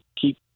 keep